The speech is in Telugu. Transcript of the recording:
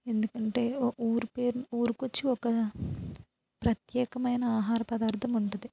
ఎందుకంటే ఓ ఊరి పేరు ఊరికొచ్చి ఒకా ప్రత్యేకమైన ఆహార పదార్థం ఉంటుంది